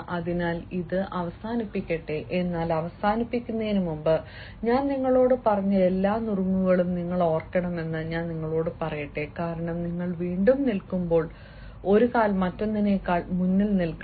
അതിനാൽ ഇത് അവസാനിപ്പിക്കട്ടെ എന്നാൽ അവസാനിക്കുന്നതിനുമുമ്പ് ഞാൻ നിങ്ങളോട് പറഞ്ഞ എല്ലാ നുറുങ്ങുകളും നിങ്ങൾ ഓർക്കണമെന്ന് ഞാൻ നിങ്ങളോട് പറയട്ടെ കാരണം നിങ്ങൾ വീണ്ടും നിൽക്കുമ്പോൾ ഒരു കാൽ മറ്റൊന്നിനേക്കാൾ മുന്നിൽ നിൽക്കണം